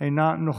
אינה נוכחת,